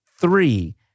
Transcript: three